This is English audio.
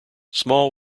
small